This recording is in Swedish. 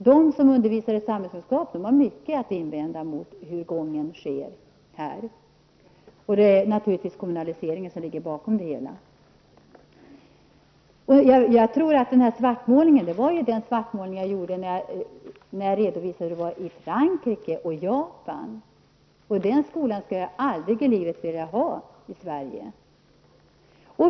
De som undervisar i samhällkunskap har mycke att invända emot beslutsgången, och det är naturligtvis kommunaliseringen som ligger bakom det hela. Den svartmålning som jag gjorde gällde snarare det som jag redovisade från skolorna i Frankrike och Japan. Deras skolor skulle jag aldrig i livet vilja ha i Sverige.